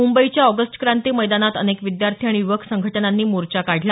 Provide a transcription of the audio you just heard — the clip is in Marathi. मुंबईच्या ऑगस्ट क्रांती मैदानात अनेक विद्यार्थी आणि युवक संघटनांनी मोर्चा काढला